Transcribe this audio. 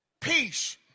Peace